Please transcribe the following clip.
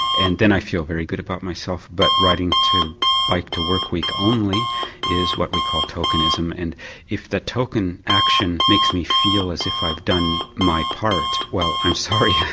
and then i feel very good about myself but riding in bike to work week only is what we call tokenism, and if the token action makes me feel as if i've done my part, well i'm sorry, yeah